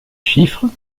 chiffres